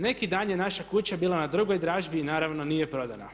Neki dan je naša kuća bila na drugoj dražbi i naravno nije prodana.